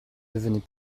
devenait